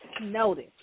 notice